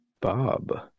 Bob